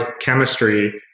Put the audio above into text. chemistry